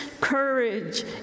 courage